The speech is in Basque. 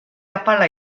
apala